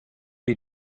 wie